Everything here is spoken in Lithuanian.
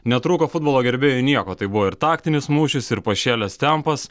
netrūko futbolo gerbėjui nieko tai buvo ir taktinis mūšis ir pašėlęs tempas